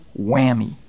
whammy